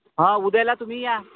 हां उद्याला तुम्ही या